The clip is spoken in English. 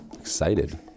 excited